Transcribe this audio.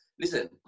listen